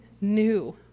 new